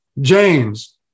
James